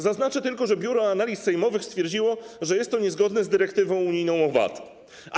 Zaznaczę tylko, że Biuro Analiz Sejmowych stwierdziło, że jest to niezgodne z dyrektywą unijną o VAT.